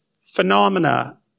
phenomena